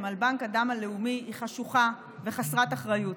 על בנק הדם הלאומי היא חשוכה וחסרת אחריות.